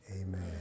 amen